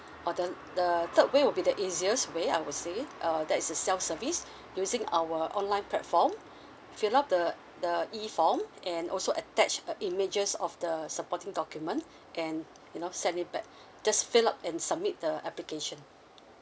or then the third way would be the easiest way I would say err that is a self service using our online platform fill up the the e form and also attach the images of the supporting documents and you know send it back just fill up and submit the application